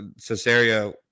Cesario